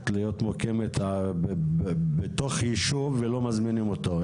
להיות מוקמת בתוך ישוב ולא מזמינים אותו?